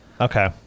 Okay